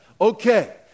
Okay